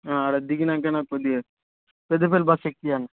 అక్కడ దిగినాక నాకు కొద్దిగా పెద్దపల్లి బస్ ఎక్కివ్వు అన్నా